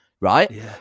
right